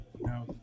No